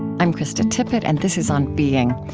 i'm krista tippett, and this is on being.